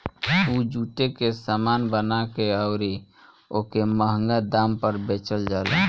उ जुटे के सामान बना के अउरी ओके मंहगा दाम पर बेचल जाला